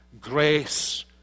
grace